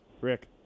Rick